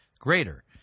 greater